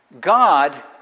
God